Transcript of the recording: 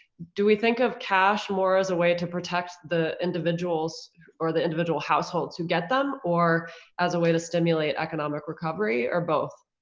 do we think of cash more as a way to protect the individuals or the individual households who get them or as a way to stimulate economic recovery or both?